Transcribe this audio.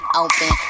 open